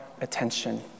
attention